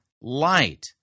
light